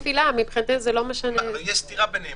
למה זה לא כבר נמצא --- כי הוא עדיין בית תפילה,